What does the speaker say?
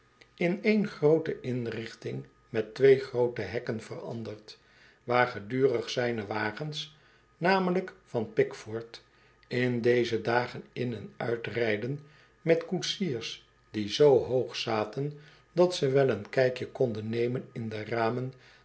in één groote inrichting met twee groote hekken veranderd waar gedurig zijne wagens namelijk van pickford in deze dagen in en uitrijden met koetsiers die zoo hoog zaten dat ze wel een kijkje konden nemen in de ramen